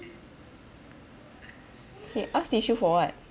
he ask tissue for what